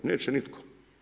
Neće nitko.